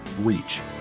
reach